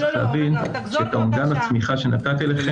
צריך להבין שאת אומדן הצמיחה שנתתי לכם